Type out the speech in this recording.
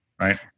right